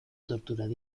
torturada